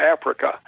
africa